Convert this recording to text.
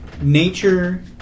Nature